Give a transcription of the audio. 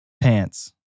pants